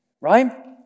right